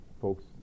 folks